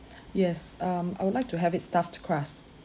yes um I would like to have it stuffed crust